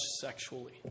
sexually